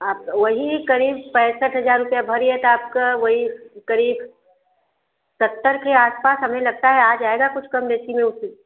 आप वही क़रीब पैंसठ हज़ार रुपये भरिए तो आपको वही क़रीब सत्तर के आस पास हमें लगता है आ जाएगा कुछ कमो बेशी में वह फिर